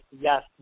yes